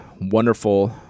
wonderful